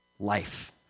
Life